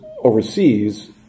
overseas